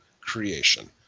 creation